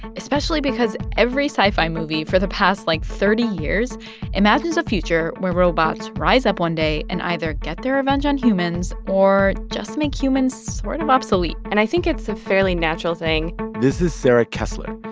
especially because every sci-fi movie for the past, like, thirty years imagines a future where robots rise up one day and either get their revenge on humans or just make humans sort of obsolete and i think it's a fairly natural thing this is sarah kessler.